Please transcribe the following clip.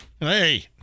hey